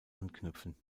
anknüpfen